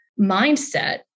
mindset